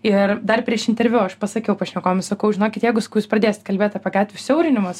ir dar prieš interviu aš pasakiau pašnekovam sakau žinokit jeigu sakau jūs pradėsit kalbėti apie gatvių siaurinimus